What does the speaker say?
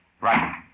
Right